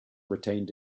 retained